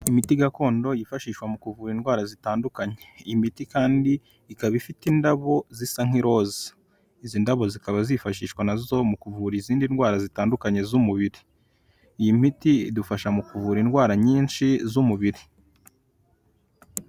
Imiti gakondo yifashishwa mu kuvura indwara zitandukanye, imiti kandi ikaba ifite indabo zisa nk'iroza, izi ndabo zikaba zifashishwa na zo mu kuvura izindi ndwara zitandukanye z'umubiri, iyi miti idufasha mu kuvura indwara nyinshi z'umubiri.